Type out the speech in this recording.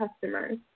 customers